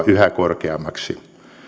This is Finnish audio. yhä korkeammaksi